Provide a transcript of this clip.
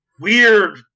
weird